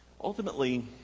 ultimately